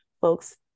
folks